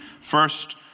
First